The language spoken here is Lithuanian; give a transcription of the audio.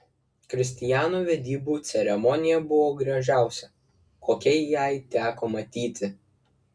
kristijano vedybų ceremonija buvo gražiausia kokią jai teko matyti